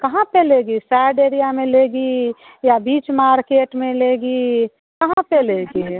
कहाँ पे लेगी साइड एरिया में लेगी या बीच मार्केट में लेगी कहाँ पर लेगी ये